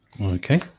Okay